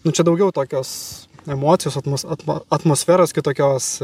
nu čia daugiau tokios emocijos atmos atma atmosferos kitokios